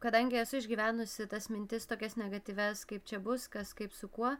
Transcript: kadangi esu išgyvenusi tas mintis tokias negatyvias kaip čia bus kas kaip su kuo